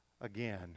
again